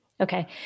Okay